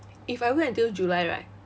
if I wait until july right